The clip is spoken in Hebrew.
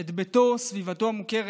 את ביתו, סביבתו המוכרת,